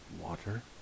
water